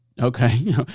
Okay